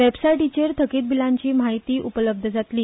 वेबसायटीचेर थकीत बिलांची म्हायती उपलब्ध जातली